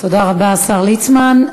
תודה רבה, השר ליצמן.